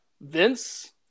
Vince